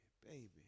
baby